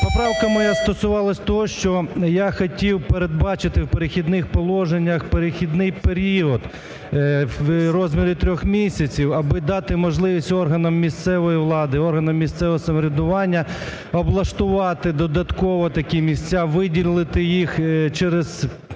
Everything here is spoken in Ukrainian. Поправка моя стосувалася того, що я хотів передбачити в "Перехідних положеннях" перехідний період в розмірі трьох місяців, аби дати можливість органам місцевої влади, органам місцевого самоврядування, облаштувати додатково такі місця, виділити їх через призму